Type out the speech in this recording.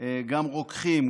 גם רוקחים,